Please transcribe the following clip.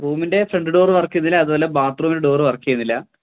റൂമിൻ്റെ front door വർക്കെയ്യുന്നില്ല അതുപോലെ ബാത്റൂമിൻ്റെ ഡോര് വർക്കെയ്യുന്നില്ല